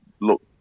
look